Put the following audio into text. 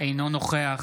אינו נוכח